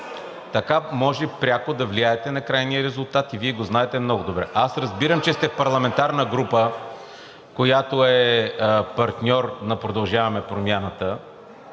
така може пряко да влияете на крайния резултат и Вие го знаете много добре. Аз разбирам, че сте в парламентарна група, която е партньор на „Продължаваме Промяната“,